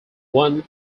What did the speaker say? one